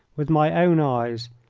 with my own eyes,